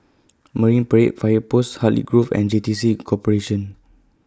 Marine Parade Fire Post Hartley Grove and J T C Corporation